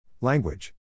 language